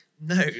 no